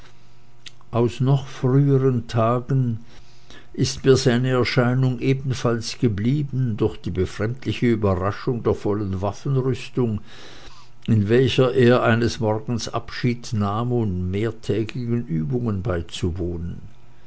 aus noch früheren tagen ist mir seine erscheinung ebenfalls geblieben durch die befremdliche überraschung der vollen waffenrüstung in welcher er eines morgens abschied nahm um mehrtägigen übungen beizuwohnen